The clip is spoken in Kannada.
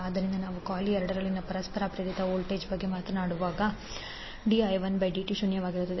ಆದ್ದರಿಂದ ನಾವು ಕಾಯಿಲ್ ಎರಡರಲ್ಲಿ ಪರಸ್ಪರ ಪ್ರೇರಿತ ವೋಲ್ಟೇಜ್ ಬಗ್ಗೆ ಮಾತನಾಡುವಾಗ di1dt ಶೂನ್ಯವಾಗಿರುತ್ತದೆ